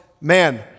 man